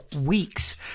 weeks